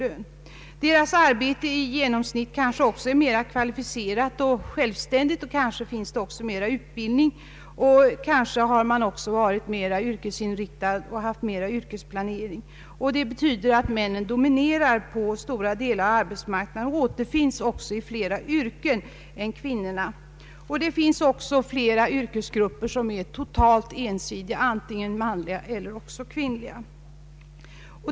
Männens arbetsuppgifter är genomsnittligt mera kvalificerade och självständiga; många har kanske fått en högre utbildning, de har kanske också varit mera yrkesinriktade och haft en bättre yrkesplanering. Statistiken visar att männen dominerar på stora delar av arbetsmarknaden och återfinns i flera yrken än kvinnorna. Det finns också flera grupper av yrken som är totalt ensidiga — antingen manliga eller kvinnliga.